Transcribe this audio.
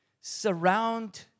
surround